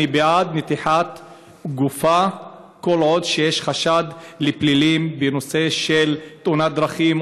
אני בעד נתיחת גופה כל עוד יש חשד לפלילים בנושא של תאונת דרכים,